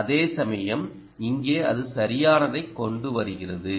அதேசமயம் இங்கே அது சரியானதைக் கொண்டுவருகிறது